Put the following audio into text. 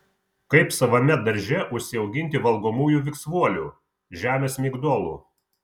kaip savame darže užsiauginti valgomųjų viksvuolių žemės migdolų